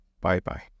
Bye-bye